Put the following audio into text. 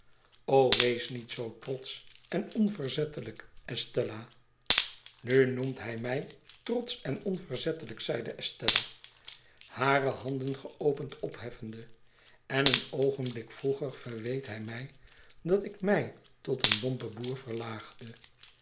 wees niet zoo trotsch en onverzettelijk estella nu noemt hij mij trotsch en onverzettelijk zeide estella hare handen geopend opheffende en een oogenblik vroeger verweet hij mij dat ik mij tot een lompen boer verlaagde